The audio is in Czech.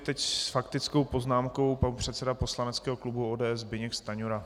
Teď s faktickou poznámkou pan předseda poslaneckého klubu ODS Zbyněk Stanjura.